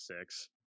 six